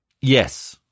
Yes